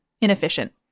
inefficient